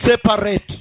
separate